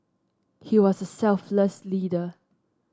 he was a selfless leader